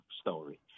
story